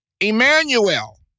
Emmanuel